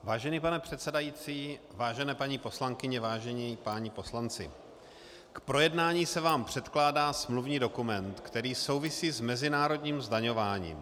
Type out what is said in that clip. Vážený pane předsedající, vážené paní poslankyně, vážení páni poslanci, k projednání se vám předkládá smluvní dokument, který souvisí s mezinárodním zdaňováním.